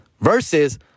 Versus